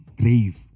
grave